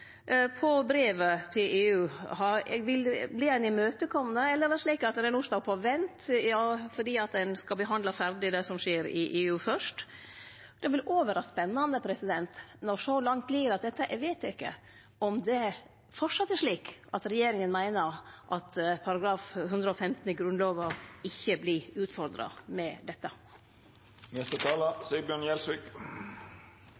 på brevet til EU. Vert ein imøtekomen, eller er det slik at det no står på vent fordi ein skal behandle ferdig det som skjer i EU først? Det ville òg vere spennande, når så langt lir at dette er vedteke, å høyre om det framleis er slik at regjeringa meiner at § 115 i Grunnlova ikkje vert utfordra med